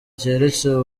keretse